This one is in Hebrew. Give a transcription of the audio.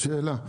שאלה.